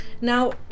now